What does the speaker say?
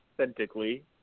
authentically